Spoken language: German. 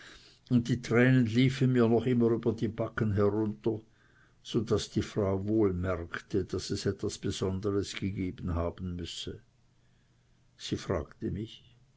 und die tränen liefen mir noch immer über die backen herunter so daß die frau wohl merkte daß es etwas besonderes gegeben haben müsse sie fragte mich